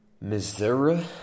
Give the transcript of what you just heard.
Missouri